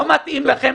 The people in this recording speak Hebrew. לא מתאים לכם.